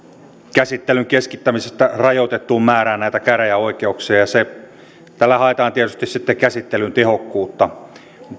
käsittelyn keskittämisestä rajoitettuun määrään näitä käräjäoikeuksia ja tällä haetaan tietysti sitten käsittelyyn tehokkuutta